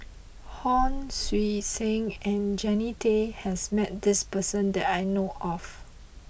Hon Sui Sen and Jannie Tay has met this person that I know of